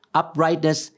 uprightness